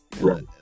Right